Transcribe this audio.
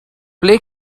ble